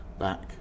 back